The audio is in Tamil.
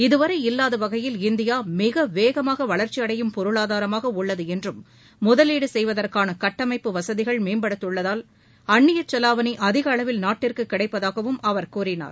இதுவரை இல்லாத வகையில் இந்தியா மிக வேகமாக வளர்ச்சி அடையும் பொருளாதாரமாக உள்ளது என்றும் முதலீடு செய்வதற்காள கட்டமைப்பு வசதிகள் மேம்படுத்தப்பட்டு உள்ளதால் அந்நியச் செலாவணி அதிக அளவில் நாட்டிற்கு கிடைப்பதாகவும் அவர் கூறினார்